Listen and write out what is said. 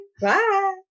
Bye